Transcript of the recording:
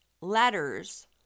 letters